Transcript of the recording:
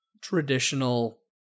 traditional